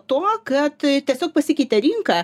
tuo kad tiesiog pasikeitė rinka